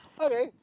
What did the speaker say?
okay